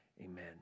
amen